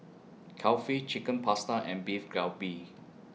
Kulfi Chicken Pasta and Beef Galbi